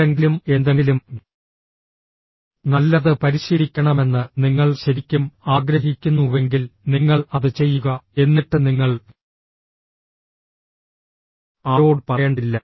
ആരെങ്കിലും എന്തെങ്കിലും നല്ലത് പരിശീലിക്കണമെന്ന് നിങ്ങൾ ശരിക്കും ആഗ്രഹിക്കുന്നുവെങ്കിൽ നിങ്ങൾ അത് ചെയ്യുക എന്നിട്ട് നിങ്ങൾ ആരോടും പറയേണ്ടതില്ല